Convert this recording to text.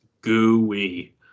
gooey